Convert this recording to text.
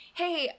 hey